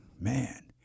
man